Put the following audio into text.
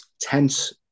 tense